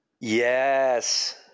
Yes